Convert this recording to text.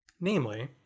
Namely